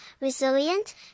resilient